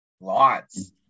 lots